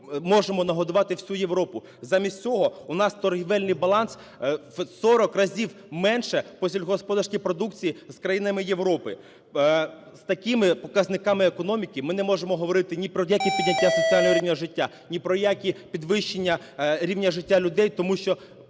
можемо нагодувати всю Європу. Замість цього у нас торгівельний баланс в 40 разів менше по сільськогосподарській продукції з країнами Європи. З такими показниками економіки ми не можемо говорити ні про яке підняття соціального рівня життя, ні про які підвищення рівня життя людей, тому що